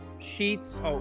sheets